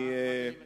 מה אדוני מציע?